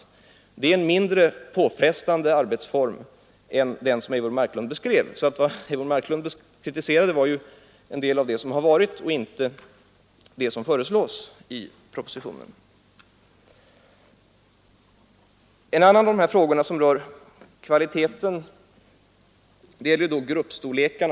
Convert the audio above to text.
Detta är en mindre påfrestande arbetsform än den som Eivor Marklund beskrev, så vad Eivor Marklund kritiserade var en del av det som har varit och inte det som föreslås i propositionen. En annan av de frågor som berör kvaliteten är gruppstorlekarna.